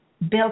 built